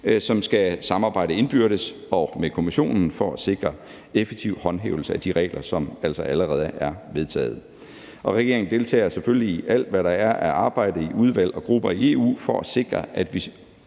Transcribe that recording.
som skal samarbejde indbyrdes og med Kommissionen for at sikre effektiv håndhævelse af de regler, som altså allerede er vedtaget. Regeringen deltager selvfølgelig i alt, hvad der er af arbejde i udvalg og grupper i EU, for at – fordi